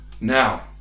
now